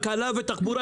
כלכלה ותחבורה,